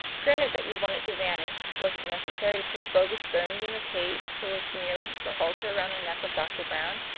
granted that you wanted to vanish, was it necessary to put bogus bones in the cave, so as nearly to put a halter round the neck of doctor brown?